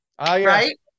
right